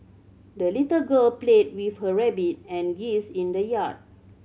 the little girl played with her rabbit and geese in the yard